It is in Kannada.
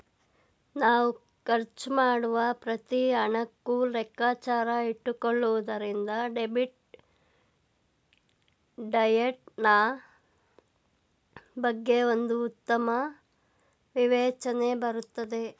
ನಾವ್ ಖರ್ಚು ಮಾಡುವ ಪ್ರತಿ ಹಣಕ್ಕೂ ಲೆಕ್ಕಾಚಾರ ಇಟ್ಟುಕೊಳ್ಳುವುದರಿಂದ ಡೆಬಿಟ್ ಡಯಟ್ ನಾ ಬಗ್ಗೆ ಒಂದು ಉತ್ತಮ ವಿವೇಚನೆ ಬರುತ್ತದೆ